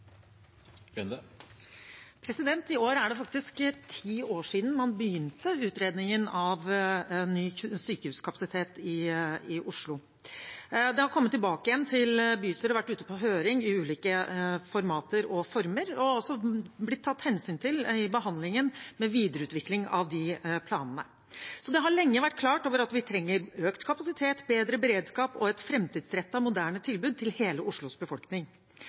Gaustad. I år er det faktisk ti år siden man begynte utredningen av ny sykehuskapasitet i Oslo. Det har kommet tilbake igjen til bystyret, vært ute på høring i ulike formater og former, og også blitt tatt hensyn til i behandlingen, med videreutvikling av de planene. Så det har lenge vært klart at vi trenger økt kapasitet, bedre beredskap og et framtidsrettet, moderne tilbud til hele Oslos befolkning.